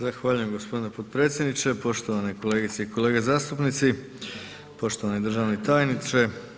Zahvaljujem g. potpredsjedniče, poštovane kolegice i kolege zastupnici, poštovani državni tajniče.